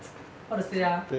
how to say ah